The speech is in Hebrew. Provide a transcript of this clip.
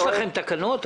יש לכם תקנות?